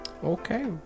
Okay